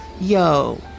yo